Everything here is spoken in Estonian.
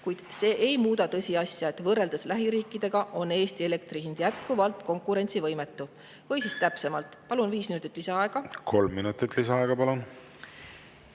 kuid see ei muuda tõsiasja, et võrreldes lähiriikidega on Eesti elektri hind jätkuvalt konkurentsivõimetu. Või siis täpsemalt … Palun viis minutit lisaaega. Kolm minutit lisaaega, palun!